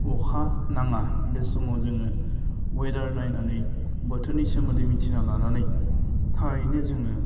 अखा नाङा बे समाव जोङो वेडार नायनानै बोथोरनि सोमोन्दै मिथिना लानानै थारैनो जोङो